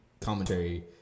commentary